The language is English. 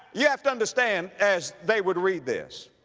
you have to understand, as they would read this,